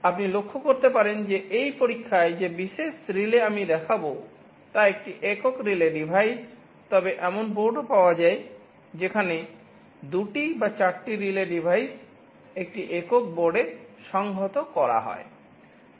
আপনি লক্ষ করতে পারেন যে এই পরীক্ষায় যে বিশেষ রিলে আমি দেখাবো তা একটি একক রিলে ডিভাইস তবে এমন বোর্ডও পাওয়া যায় যেখানে 2 টি বা 4 টি রিলে ডিভাইস একটি একক বোর্ডে সংহত করা হয়